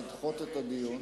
לדחות את הדיון.